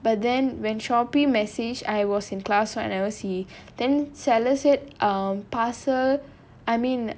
but then when Shopee message I was in class [what] so I never see then seller said um parcel I mean